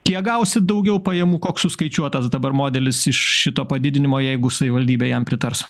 kiek gausit daugiau pajamų koks suskaičiuotas dabar modelis iš šito padidinimo jeigu savivaldybė jam pritars